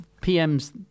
PM's